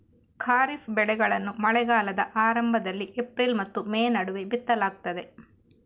ಖಾರಿಫ್ ಬೆಳೆಗಳನ್ನು ಮಳೆಗಾಲದ ಆರಂಭದಲ್ಲಿ ಏಪ್ರಿಲ್ ಮತ್ತು ಮೇ ನಡುವೆ ಬಿತ್ತಲಾಗ್ತದೆ